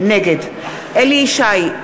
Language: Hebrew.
נגד אליהו ישי,